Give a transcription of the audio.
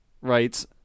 writes